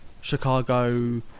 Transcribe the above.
Chicago